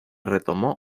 retomó